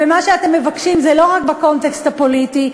ומה שאתם מבקשים זה לא רק בקונטקסט הפוליטי.